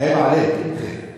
עֵיבּ עַלֵיכּ אִנְתֵּ.